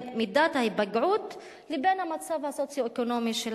מידת ההיפגעות לבין המצב הסוציו-אקונומי.